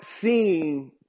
seeing